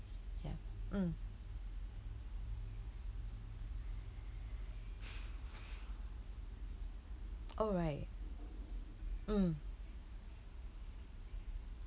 ya mm alright mm